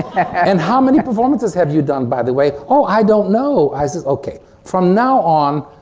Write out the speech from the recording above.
and how many performances have you done by the way? oh i don't know! i said okay from now on,